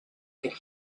could